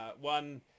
one